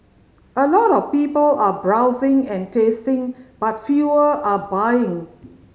a lot of people are browsing and tasting but fewer are buying